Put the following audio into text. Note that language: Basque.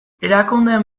erakundeen